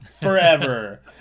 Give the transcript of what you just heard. forever